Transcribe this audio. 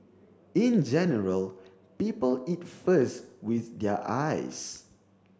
in general people eat first with their eyes